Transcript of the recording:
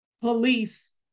police